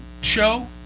show